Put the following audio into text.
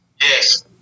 Yes